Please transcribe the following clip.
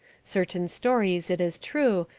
certain stories, it is true,